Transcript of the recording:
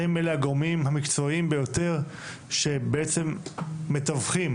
שהם אלה הגורמים המקצועיים ביותר שבעצם מתווכים